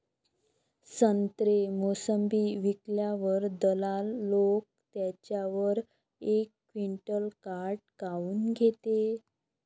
संत्रे, मोसंबी विकल्यावर दलाल लोकं त्याच्यावर एक क्विंटल काट काऊन घेते?